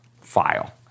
file